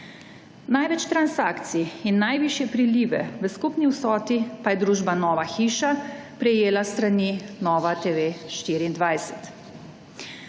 Največ transakcij in najvišje prilive v skupni vsoti pa je družba Nova hiša prejela s strani NovaTV24.